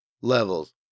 Levels